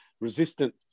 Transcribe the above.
resistant